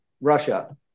Russia